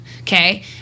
okay